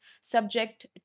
subject